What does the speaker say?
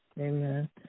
amen